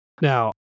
now